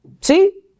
see